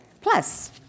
Plus